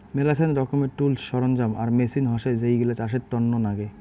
মেলাছান রকমের টুলস, সরঞ্জাম আর মেচিন হসে যেইগিলা চাষের তন্ন নাগে